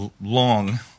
long